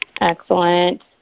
Excellent